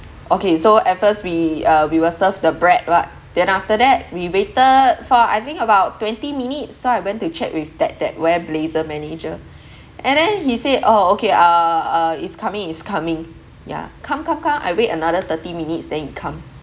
okay so at first we uh we were served the bread [what] then after that we waited for I think about twenty minutes so I went to chat with that that wear blazer manager and then he say orh okay uh uh is coming is coming yeah come come come I wait another thirty minutes then it come